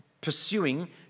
pursuing